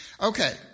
okay